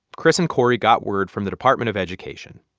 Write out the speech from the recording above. chris and cory got word from the department of education.